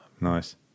Nice